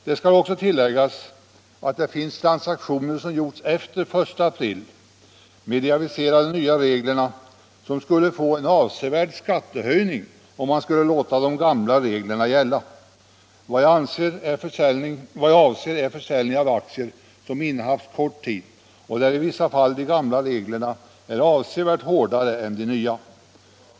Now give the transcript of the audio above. Det skall också tilläggas att det finns transaktioner som gjorts efter den 1 april med de aviserade nya reglerna och som skulle medföra en avsevärd skattehöjning om de gamla reglerna skulle få gälla. Vad jag avser är försäljning av aktier som innehafts kort tid, varvid i vissa fall de gamla reglerna är avsevärt hårdare än de nya.